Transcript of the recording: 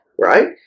right